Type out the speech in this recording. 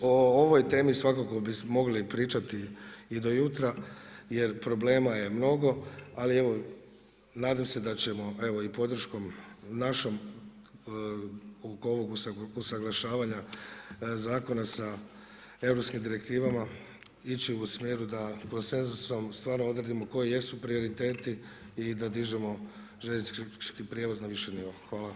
O ovoj temi svakako bi mogli pričati i do jutra jer problema je mnogo ali evo nadam se da ćemo evo i podrškom našom oko ovog usuglašavanja zakona sa europskim direktivama ići u smjeru da konsenzusom stvarno odredimo koji jesu prioriteti i da dižemo željeznički prijevoz na viši nivo.